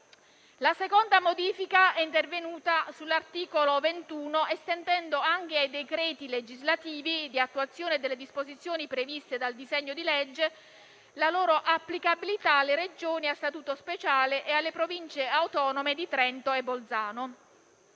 La seconda modifica è intervenuta sull'articolo 21, estendendo anche ai decreti legislativi di attuazione delle disposizioni previste dal disegno di legge la loro applicabilità alle Regioni a Statuto speciale e alle Province autonome di Trento e Bolzano.